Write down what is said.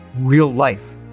real-life